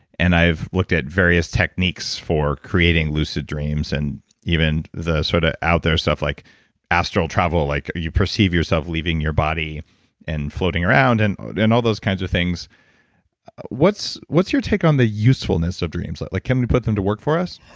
and i've looked at various techniques for creating lucid dreams, and even the sort of out there stuff like astral travel. like you perceive yourself leaving your body and floating around, and and all those kinds of things what's what's your take on the usefulness of dreams? like like can we put them to work for us?